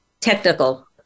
technical